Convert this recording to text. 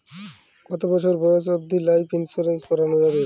কতো বছর বয়স অব্দি লাইফ ইন্সুরেন্স করানো যাবে?